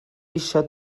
eisiau